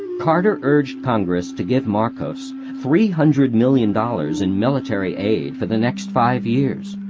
carter urged congress to give marcos three hundred million dollars in military aid for the next five years.